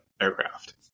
aircraft